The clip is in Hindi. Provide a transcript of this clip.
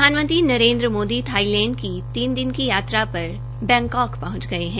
प्रधानमंत्री नरेन्द्र मोदी थाईलैंड की तीन दिन की यात्रा पर बैंकाक पहुंच गए हैं